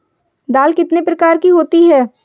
दाल कितने प्रकार की होती है?